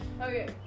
Okay